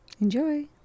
Enjoy